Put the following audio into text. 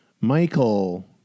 Michael